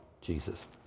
Jesus